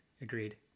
Agreed